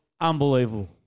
unbelievable